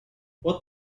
what